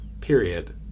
period